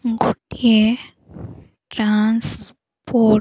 ଗୋଟିଏ ଟ୍ରାନ୍ସପୋର୍ଟ